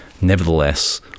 Nevertheless